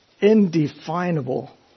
indefinable